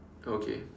okay